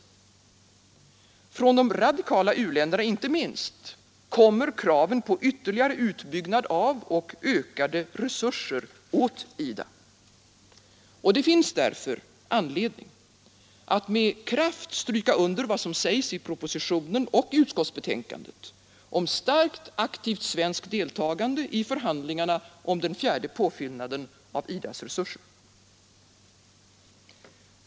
Inte minst från de radikala u-länderna kommer kraven på ytterligare utbyggnad av och ökade resurser åt IDA. Det finns därför anledning att med kraft stryka under vad som sägs i propositionen och utskottsbetänkandet om starkt aktivt svenskt deltagande i förhandlingarna om den fjärde påfyllnaden av IDA :s resurser.